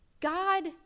God